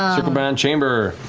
ah circlebound chamber.